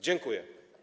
Dziękuję.